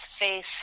face